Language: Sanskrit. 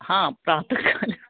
हा प्रात कालस्य